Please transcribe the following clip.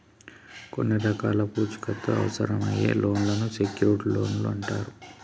కొన్ని రకాల పూచీకత్తు అవసరమయ్యే లోన్లను సెక్యూర్డ్ లోన్లు అంటరు